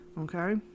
okay